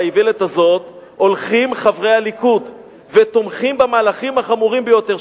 באיוולת הזאת הולכים חברי הליכוד ותומכים במהלכים החמורים ביותר.